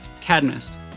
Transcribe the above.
Cadmus